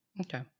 Okay